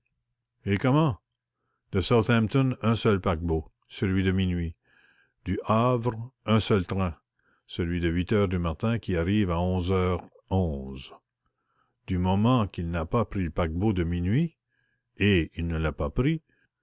et comment de southampton un seul paquebot celui de minuit du havre un seul train celui de huit heures du matin qui arrive à onze heures onze du moment qu'il n'a pas pris le paquebot de minuit et il ne l'a pas pris